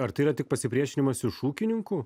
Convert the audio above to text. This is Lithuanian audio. ar tai yra tik pasipriešinimas iš ūkininkų